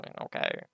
Okay